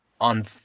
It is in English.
on